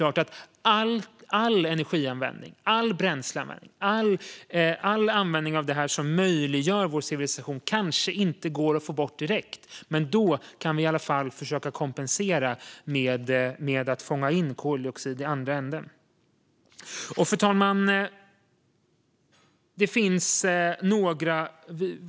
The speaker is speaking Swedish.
All energianvändning, all bränsleanvändning och all användning av det som möjliggör vår civilisation kanske inte går att få bort direkt. Men då kan vi i alla fall försöka kompensera med att fånga in koldioxid i andra änden. Fru talman!